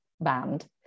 band